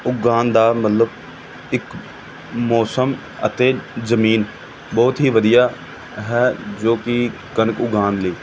ਉਗਾਉਣ ਦਾ ਮਤਲਬ ਇੱਕ ਮੌਸਮ ਅਤੇ ਜਮੀਨ ਬਹੁਤ ਹੀ ਵਧੀਆ ਹੈ ਜੋ ਕਿ ਕਣਕ ਉਗਾਉਣ ਲਈ